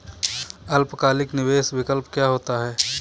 अल्पकालिक निवेश विकल्प क्या होता है?